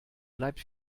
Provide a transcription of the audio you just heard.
bleibt